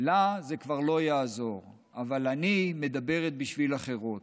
לי זה כבר לא יעזור, אבל אני מדברת בשביל אחרות.